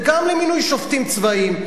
וגם למינוי שופטים צבאיים.